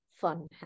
fun